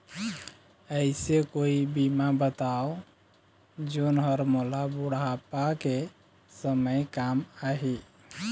ऐसे कोई बीमा बताव जोन हर मोला बुढ़ापा के समय काम आही?